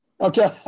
Okay